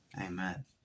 Amen